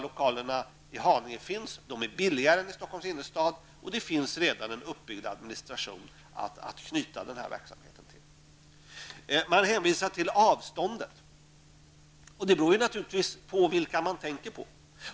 Lokalerna i Haninge finns, de är billigare än lokaler i Stockholms innerstad, och det finns redan en uppbyggd administration att knyta verksamheten till. Justitieministern hänvisar vidare till avståndet, men avståndet är ju beroende av vem man utgår i från.